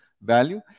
value